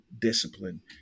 discipline